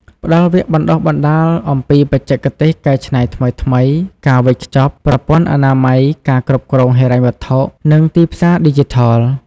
ផ្តល់វគ្គបណ្តុះបណ្តាលអំពីបច្ចេកទេសកែច្នៃថ្មីៗ ការវេចខ្ចប់ ប្រព័ន្ធអនាម័យការគ្រប់គ្រងហិរញ្ញវត្ថុ និងទីផ្សារឌីជីថល។